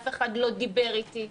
אף אחד לא דיבר איתי,